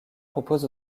propose